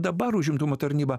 dabar užimtumo tarnyba